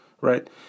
right